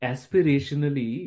Aspirationally